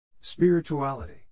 Spirituality